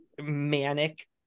manic